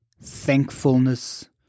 thankfulness